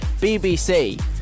BBC